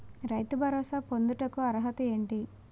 రైతు భరోసా పొందుటకు అర్హత ఏంటి?